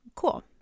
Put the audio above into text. Cool